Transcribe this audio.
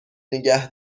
نیگه